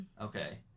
Okay